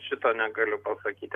šito negaliu pasakyti